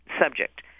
subject